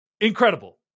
Incredible